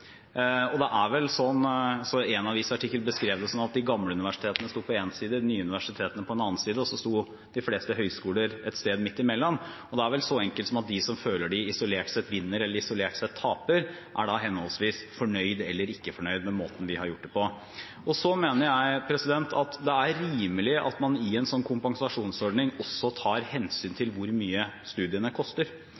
så en avisartikkel som beskrev det sånn at de gamle universitetene sto på en side, de nye universitetene på en annen side, og så sto de fleste høyskoler et sted midt imellom. Det er vel så enkelt som at de som føler de isolert sett vinner eller isolert sett taper, er henholdsvis fornøyd eller ikke fornøyd med måten vi har gjort det på. Så mener jeg at det er rimelig at man i en sånn kompensasjonsordning også tar hensyn til